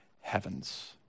heavens